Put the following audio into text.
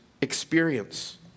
experience